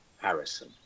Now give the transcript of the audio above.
Harrison